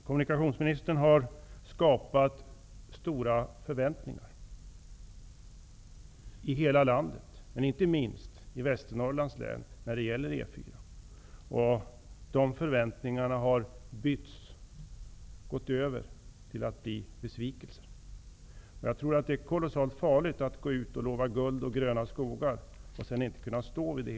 Kommunikationsministern har skapat stora förväntningar i hela landet, och inte minst i Västernorrlands län när det gäller E 4-n. Dessa förväntningar har förbytts i besvikelser. Jag tror att det är mycket farligt att först gå ut och lova guld och gröna skogar och sedan inte kunna stå för det.